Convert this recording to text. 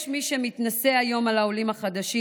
יש מקרב מקבלי ההחלטות מי שמתנשא היום על העולים החדשים,